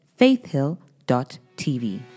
faithhill.tv